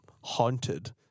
haunted